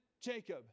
Jacob